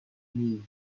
knee